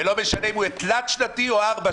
ולא משנה אם הוא יהיה תלת-שנתי או ארבע-שנתי.